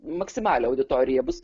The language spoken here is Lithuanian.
maksimalią auditoriją bus